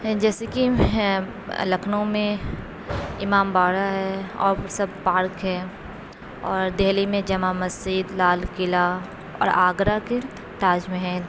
جیسے کہ ہے لکھنؤ میں امام باڑہ ہے اور بھی سب پارک ہے اور دہلی میں جمع مسجد لال کلعہ اور آگرہ کے تاج محل